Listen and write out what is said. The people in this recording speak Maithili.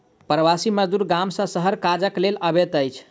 प्रवासी मजदूर गाम सॅ शहर काजक लेल अबैत अछि